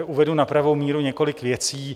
Uvedu na pravou míru několik věcí.